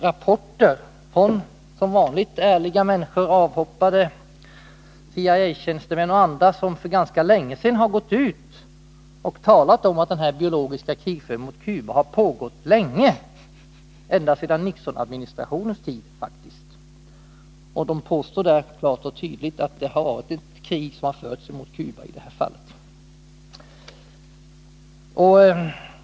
De kommer som vanligt från ärliga människor, avhoppade CIA tjänstemän och andra, som för ganska länge sedan har gått ut och talat om att den biologiska krigföringen mot Cuba har pågått under lång tid, faktiskt ända sedan Nixonadministrationens tid. De påstår klart och tydligt att det i detta fall har förts ett krig mot Cuba.